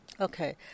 Okay